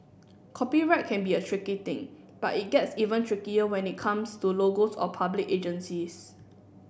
copyright can be a tricky thing but it gets even trickier when it comes to logos of public agencies